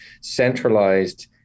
centralized